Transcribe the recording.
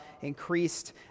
increased